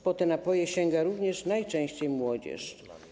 Po te napoje sięga również najczęściej młodzież.